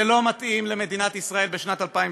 זה לא מתאים למדינת ישראל בשנת 2017,